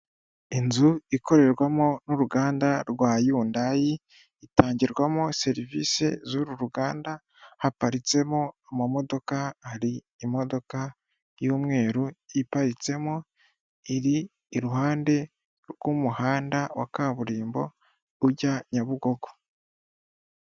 Inzu ikorerwamo n'uruganda rwa Yhundai, itangirwamo serivise z'uru ruganda, haparitsemo amamodoka, hari imodoka y'umweru iparitsemo, iri iruhande rw'umuhanda wa kaburimbo ujya Nyabugogo.